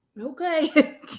okay